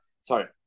sorry